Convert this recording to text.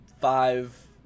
five